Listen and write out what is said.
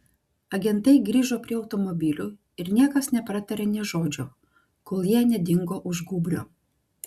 agentai grįžo prie automobilių ir niekas nepratarė nė žodžio kol jie nedingo už gūbrio